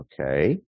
okay